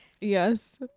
yes